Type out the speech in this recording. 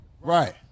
Right